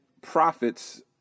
profits